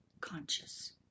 conscious